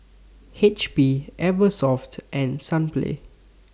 H P Eversoft and Sunplay